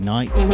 Night